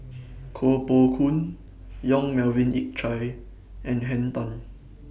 Koh Poh Koon Yong Melvin Yik Chye and Henn Tan